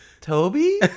Toby